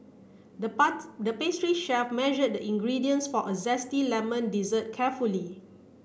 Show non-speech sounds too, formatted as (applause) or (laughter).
the (unintelligible) the pastry chef measured the ingredients for a zesty lemon dessert carefully